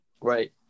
Right